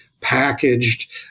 packaged